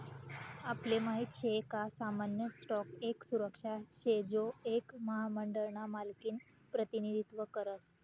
आपले माहित शे का सामान्य स्टॉक एक सुरक्षा शे जो एक महामंडळ ना मालकिनं प्रतिनिधित्व करस